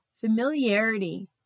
Familiarity